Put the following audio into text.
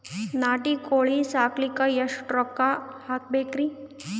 ನಾಟಿ ಕೋಳೀ ಸಾಕಲಿಕ್ಕಿ ಎಷ್ಟ ರೊಕ್ಕ ಹಾಕಬೇಕ್ರಿ?